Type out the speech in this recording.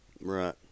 Right